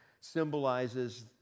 symbolizes